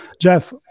Jeff